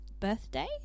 birthday